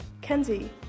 Kenzie